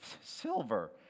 silver